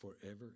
forever